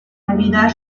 olvidar